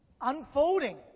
unfolding